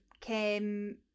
came